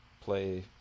play